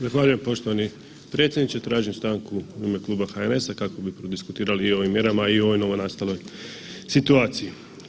Zahvaljujem poštovani predsjedniče, tražim stanku u ime HNS-a kako bi prodiskutirali i o ovim mjerama i o ovoj novonastaloj situaciji.